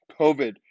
COVID